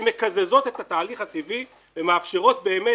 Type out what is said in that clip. הן מקזזות את התהליך הטבעי ומאפשרות באמת